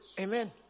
Amen